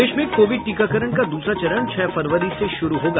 प्रदेश में कोविड टीकाकरण का दूसरा चरण छह फरवरी से शुरू होगा